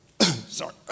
Sorry